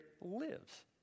lives